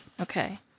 Okay